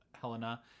Helena